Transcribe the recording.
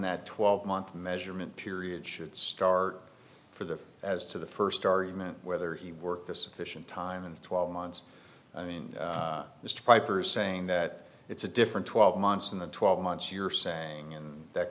that twelve month measurement period should start for the as to the first argument whether he worked the sufficient time in twelve months is to piper's saying that it's a different twelve months in the twelve months you're saying and that